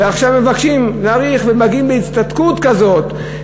ועכשיו הם מבקשים להאריך ומגיעים בהצטדקות כזאת,